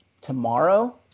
tomorrow